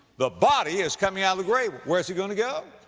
the body is coming out of the grave. where's it going to go?